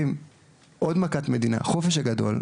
עוד מכת מדינה החופש הגדול,